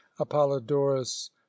Apollodorus